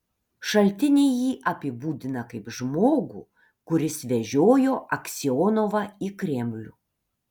šaltiniai jį apibūdina kaip žmogų kuris vežiojo aksionovą į kremlių